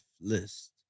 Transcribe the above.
list